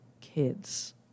kids